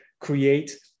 create